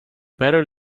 better